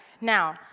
Now